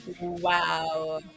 Wow